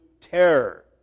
terror